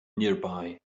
nearby